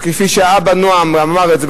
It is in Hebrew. וכפי שהאבא נועם אמר את זה,